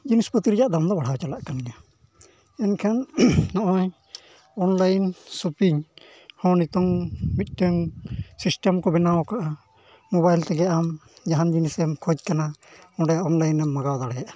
ᱡᱤᱱᱤᱥ ᱯᱟᱹᱛᱤ ᱨᱮᱭᱟᱜ ᱫᱟᱢ ᱫᱚ ᱵᱟᱲᱦᱟᱣ ᱪᱟᱞᱟᱜ ᱠᱟᱱ ᱜᱮᱭᱟ ᱢᱮᱱᱠᱷᱟᱱ ᱱᱚᱜᱼᱚᱸᱭ ᱚᱱᱞᱟᱭᱤᱱ ᱥᱚᱯᱤᱝ ᱦᱚᱸ ᱢᱤᱫᱴᱟᱹᱝ ᱥᱤᱥᱴᱮᱢ ᱠᱚ ᱵᱮᱱᱟᱣ ᱠᱟᱜᱼᱟ ᱢᱳᱵᱟᱭᱤᱞ ᱛᱮᱜᱮ ᱟᱢ ᱡᱟᱦᱟᱱ ᱡᱤᱱᱤᱥᱮᱢ ᱠᱷᱚᱡᱽ ᱠᱟᱱᱟ ᱚᱸᱰᱮ ᱚᱱᱞᱟᱭᱤᱱ ᱮᱢ ᱢᱟᱜᱟᱣ ᱫᱟᱲᱮᱭᱟᱜᱼᱟ